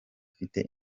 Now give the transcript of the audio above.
ufite